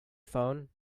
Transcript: phone